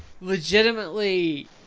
Legitimately